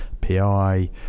PI